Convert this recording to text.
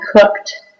cooked